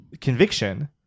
conviction